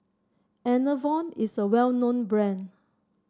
Enervon is a well known brand